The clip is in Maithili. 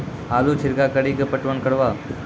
आलू छिरका कड़ी के पटवन करवा?